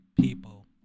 people